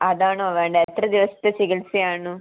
അത് ആണോ വേണ്ടത് എത്ര ദിവസത്തെ ചികിത്സ ആണ്